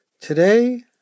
Today